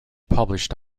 published